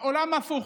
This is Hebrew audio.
העולם הפוך,